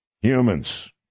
humans